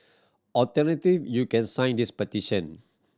alternative you can sign this petition